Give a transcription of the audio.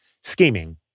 scheming